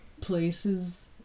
places